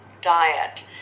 Diet